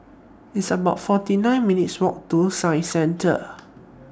It's about forty nine minutes' Walk to Science Centre